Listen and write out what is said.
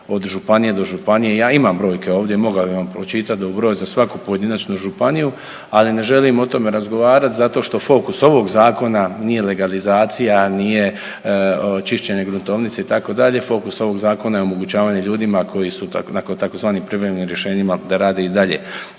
od županije do županije. Ja imam brojke ovdje i mogao bi vam pročitati broj za svaku pojedinačnu županiju, ali ne želim o tome razgovarati zato što fokus ovog zakona nije legalizacija, nije čišćenje gruntovnice, fokus ovog zakona je omogućavanje ljudima koji su na tzv. privremenim rješenjima da rade i dalje.